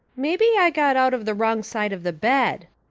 maybe i got out of the wrong side of the bed,